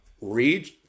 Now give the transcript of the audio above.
read